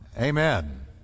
Amen